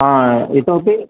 इतोपि